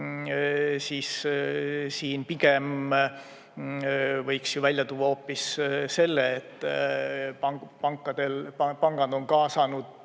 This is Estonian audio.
siis pigem võiks ju välja tuua hoopis selle, et pangad on kaasanud